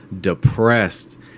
depressed